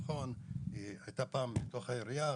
הייתה פעם בתוך העירייה.